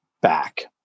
back